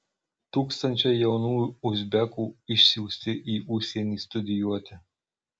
tūkstančiai jaunų uzbekų išsiųsti į užsienį studijuoti